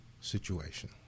situation